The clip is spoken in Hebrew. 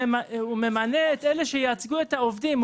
שממנה את אלה שייצגו את המעסיקים,